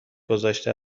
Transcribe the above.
گذاشته